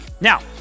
Now